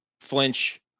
flinch